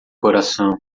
coração